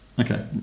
Okay